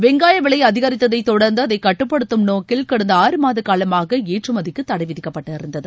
வெங்காய விலை அதிகரித்ததை தொடர்ந்து அதை கட்டுப்படுத்தும் நோக்கில் கடந்த ஆறு மாத காலமாக ஏற்றுமதிக்கு தடை விதிக்கப்பட்டிருந்தது